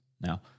Now